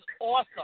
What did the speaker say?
awesome